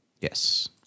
Yes